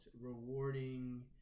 rewarding